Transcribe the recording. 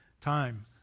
time